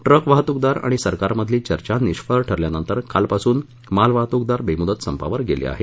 ट्कवाहतुकदार आणि सरकारमधली चर्चा निष्फळ ठरल्यानंतर कालपासून मालवाहतुकदार बेमुदत संपावर गेले आहेत